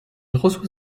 reçoit